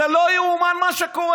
זה לא ייאמן מה שקורה.